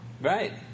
Right